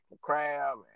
crab